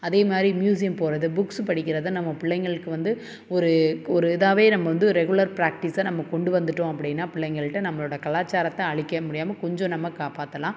அதே மாதிரி மியூஸியம் போகிறது புக்ஸ் படிக்கிறதை நம்ம பிள்ளைங்களுக்கு வந்து ஒரு ஒரு இதாகவே நம்ம வந்து ரெகுலர் ப்ராக்டிஸாக நம்ம கொண்டு வந்துட்டோம் அப்படின்னா பிள்ளைங்கள்ட்ட நம்மளோட கலாச்சாரத்தை அழிக்க முடியாமல் கொஞ்சம் நம்ம காப்பாற்றலாம்